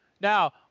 Now